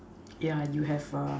ya you have err